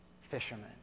fishermen